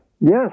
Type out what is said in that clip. Yes